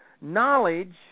knowledge